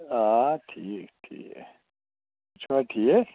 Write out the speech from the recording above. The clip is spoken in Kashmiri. آ ٹھیٖک ٹھیٖک تُہی چھِوا ٹھیٖک